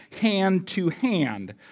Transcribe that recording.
hand-to-hand